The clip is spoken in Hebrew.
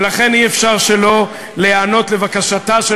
ולכן אי-אפשר שלא להיענות לבקשתה של